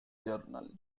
journal